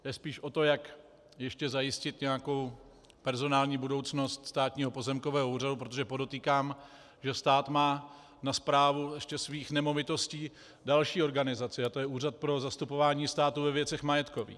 Jde spíš o to, jak ještě zajistit nějakou personální budoucnost Státního pozemkového úřadu, protože podotýkám, že stát má na správu svých nemovitostí ještě další organizaci, a to je Úřad pro zastupování státu ve věcech majetkových.